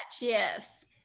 yes